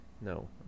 No